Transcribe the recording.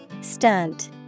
Stunt